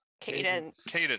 cadence